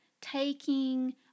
Taking